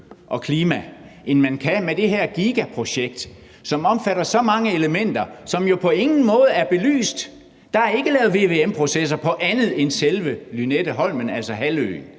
og klima, end man kan i forhold til det her gigaprojekt, som omfatter så mange elementer, som jo på ingen måde er belyst. Der er ikke lavet vvm-processer på andet end selve Lynetteholmen, altså halvøen.